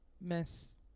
miss